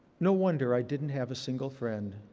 no wonder i didn't have a single friend.